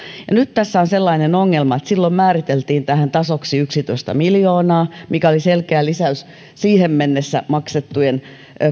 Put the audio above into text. ja nyt tässä on sellainen ongelma että kun tähän määriteltiin tasoksi yksitoista miljoonaa mikä oli selkeä lisäys siihen mennessä maksettujen